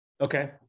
Okay